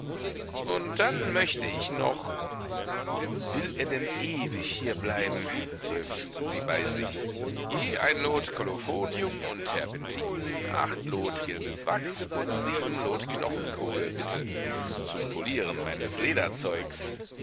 und dann möcht ich noch will er denn ewig hier bleiben seufzte sie bei sich je ein lot kolophonium und terpentin acht lot gelbes wachs und sieben lot knochenkohle bitte zum polieren meines